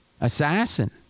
assassin